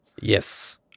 Yes